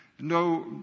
No